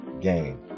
game